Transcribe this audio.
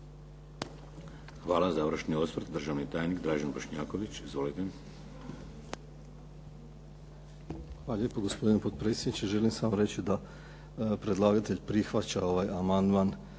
Hvala. Završni osvrt, državni tajnik Dražen Bošnjaković. Izvolite. **Bošnjaković, Dražen (HDZ)** Hvala lijepo, gospodine potpredsjedniče. Želim samo reći da predlagatelj prihvaća ovaj amandman